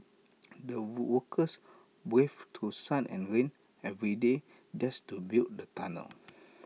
the workers waved to sun and rain every day just to build the tunnel